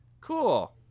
Cool